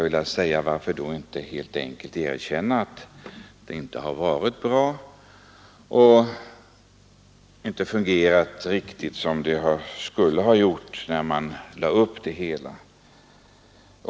Varför då inte helt enkelt erkänna att det nya systemet inte fungerat riktigt som man hade tänkt när man lade upp det?